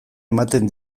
ematen